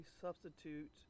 substitute